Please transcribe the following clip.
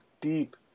deep